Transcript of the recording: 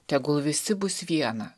tegul visi bus viena